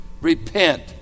Repent